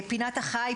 פינת החי,